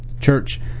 Church